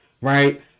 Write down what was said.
right